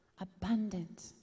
abundant